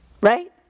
right